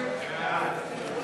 ההסתייגויות לסעיף 35,